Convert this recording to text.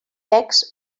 secs